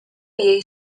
jej